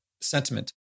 sentiment